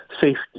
safety